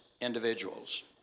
Individuals